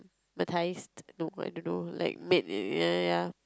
no I don't know like made in ya ya ya